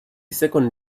second